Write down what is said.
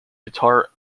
guitar